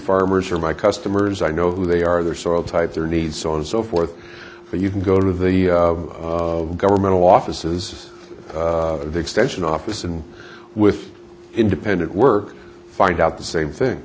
farmers are my customers i know who they are their sort of type their needs so and so forth but you can go to the governmental offices extension office and with independent work find out the same thing